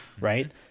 right